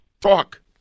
Talk